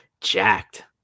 jacked